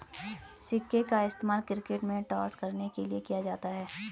सिक्के का इस्तेमाल क्रिकेट में टॉस करने के लिए किया जाता हैं